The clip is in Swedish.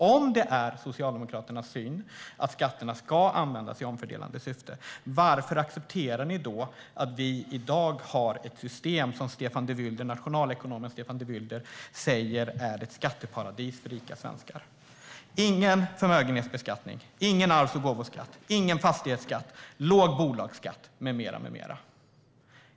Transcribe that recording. Om det är Socialdemokraternas syn att skatterna ska användas i omfördelande syfte undrar jag: Varför accepterar ni att vi i dag har ett system som nationalekonomen Stefan de Vylder säger är ett skatteparadis för rika svenskar? Det är ingen förmögenhetsbeskattning, ingen arvs och gåvoskatt, ingen fastighetsskatt, låg bolagsskatt med mera.